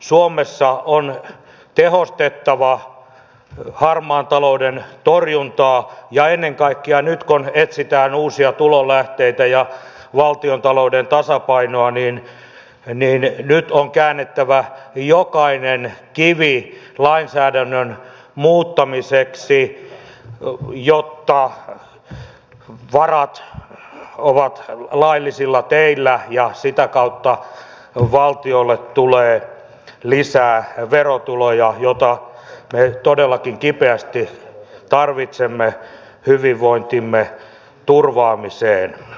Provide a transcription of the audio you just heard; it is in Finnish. suomessa on tehostettava harmaan talouden torjuntaa ja ennen kaikkea nyt kun etsitään uusia tulonlähteitä ja valtiontalouden tasapainoa on käännettävä jokainen kivi lainsäädännön muuttamiseksi jotta varat ovat laillisilla teillä ja sitä kautta valtiolle tulee lisää verotuloja joita me todellakin kipeästi tarvitsemme hyvinvointimme turvaamiseen